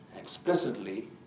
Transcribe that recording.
explicitly